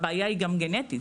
הבעיה היא גם גנטית,